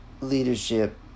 leadership